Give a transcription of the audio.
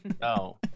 No